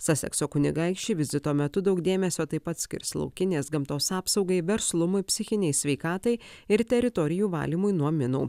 sasekso kunigaikščiai vizito metu daug dėmesio taip pat skirs laukinės gamtos apsaugai verslumui psichinei sveikatai ir teritorijų valymui nuo minų